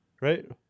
right